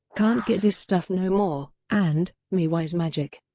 can't get this stuff no more and me wise magic.